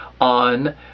on